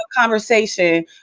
conversation